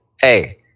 Hey